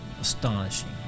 astonishing